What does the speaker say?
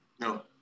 No